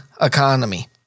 economy